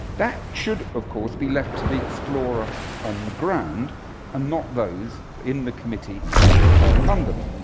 that should of course be left to the explorer on the ground ah not those in the committee sitting in london.